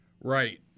Right